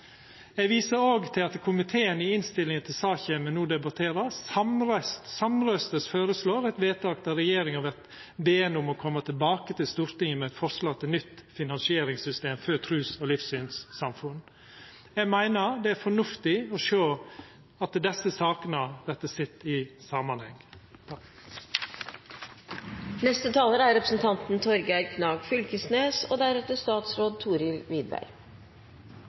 Eg viser òg til at komiteen i innstillinga til saka me no debatterer, samrøystes føreslår eit vedtak der regjeringa vert beden om å koma tilbake til Stortinget med eit forslag til nytt finansieringssystem for trus- og livssynssamfunn. Eg meiner det er fornuftig å sjå desse sakene i samanheng. Midt i ei budsjettid der vi forhandlar om vesentleg større summar enn dette, stansar Stortinget opp ved denne saka med ei mindre løyving og